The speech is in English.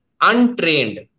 untrained